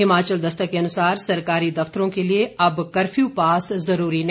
हिमाचल दस्तक के अनुसार सरकारी दफ्तरों के लिए अब कफ्यू पास जरूरी नहीं